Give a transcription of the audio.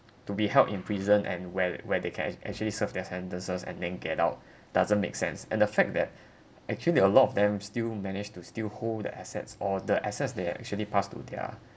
to be held in prison and where where they can act~ actually served their sentences and then get out doesn't make sense and the fact that actually a lot of them still managed to still hold the assets or the assets they actually passed to their